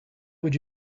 would